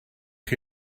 chi